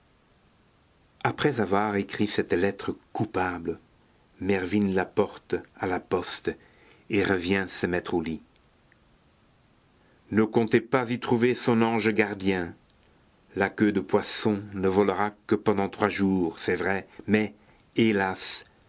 après avoir écrit cette lettre coupable mervyn la porte à la poste et revient se mettre au lit ne comptez pas y trouver son ange gardien la queue de poisson ne volera que pendant trois jours c'est vrai mais hélas